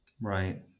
Right